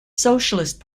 socialist